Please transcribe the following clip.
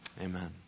Amen